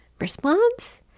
response